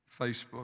Facebook